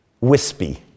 wispy